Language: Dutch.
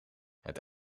het